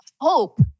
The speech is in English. hope